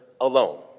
alone